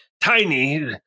Tiny